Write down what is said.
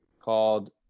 called